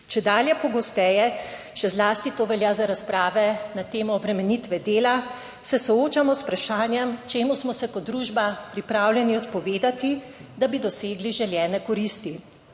Čedalje pogosteje, še zlasti to velja za razprave na temo obremenitve dela, se soočamo z vprašanjem, čemu smo se kot družba pripravljeni odpovedati, da bi dosegli želene koristi.